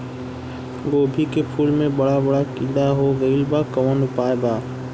गोभी के फूल मे बड़ा बड़ा कीड़ा हो गइलबा कवन उपाय बा?